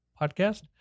Podcast